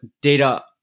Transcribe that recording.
data